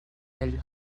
del